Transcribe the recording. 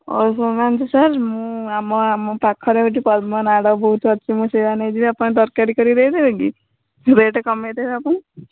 ଶୁଣୁନାହାନ୍ତି ସାର୍ ମୁଁ ଆମ ଆମ ପାଖରେ ଏଇଠି ପଦ୍ମନାଡ଼ ବହୁତ ଅଛି ମୁଁ ସେଇରା ନେଇଯିବି ଆପଣ ତରକାରୀ କରିକି ଦେଇଦେବେ କି ରେଟ୍ କମାଇଦେବେ ଆପଣ